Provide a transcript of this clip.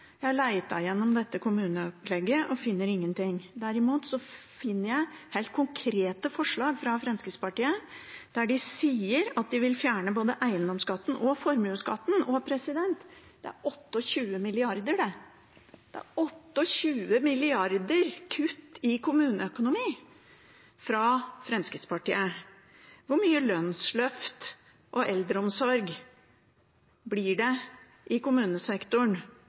Jeg har leita gjennom dette kommuneopplegget og finner ingenting. Derimot finner jeg helt konkrete forslag fra Fremskrittspartiet der de sier at de vil fjerne både eiendomsskatten og formuesskatten. Det er 28 mrd. kr – 28 mrd. kr kutt i kommuneøkonomi fra Fremskrittspartiet. Hvor mye lønnsløft og eldreomsorg blir det i kommunesektoren